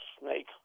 snake